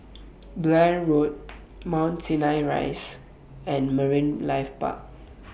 Blair Road Mount Sinai Rise and Marine Life Park